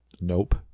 nope